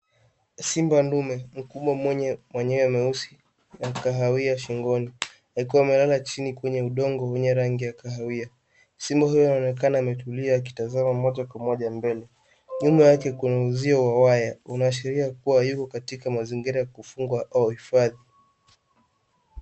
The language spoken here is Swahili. Simba ndume mkubwa mwenye manyoa meusi na kahawia shingoni akiwa amelala chini kwenye udongo wenye rangi ya kahawia. Simba huyo anaonekana ametulia akitazama moja kwa moja mbele. Nyuma yake kuna uzio wa waya, unaashiria kuwa yuko katika mazingira ya kufungwa au hifadhi.